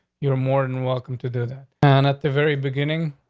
you're more than welcome to do that. and at the very beginning,